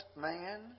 man